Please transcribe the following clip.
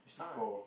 actually four